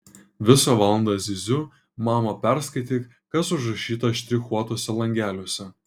visą valandą zyziu mama perskaityk kas užrašyta štrichuotuose langeliuose